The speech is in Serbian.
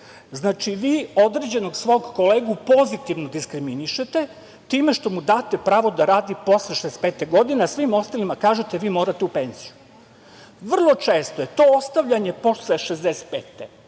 Znači, vi određenog svog kolegu pozitivno diskriminišete time što mu date pravo da radi posle 65. godine, a svima ostalima kažete - vi morate u penziju. Vrlo često je to ostavljanje posle 65. i